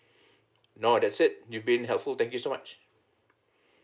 no that's it you been helpful thank you so much